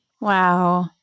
Wow